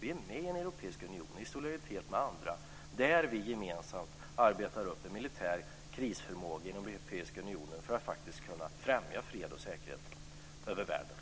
Vi är med i den europeiska unionen, i solidaritet med andra, där vi gemensamt arbetar upp en militär krisförmåga inom den europeiska unionen för att kunna främja fred och säkerhet över världen.